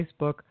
Facebook